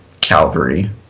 Calvary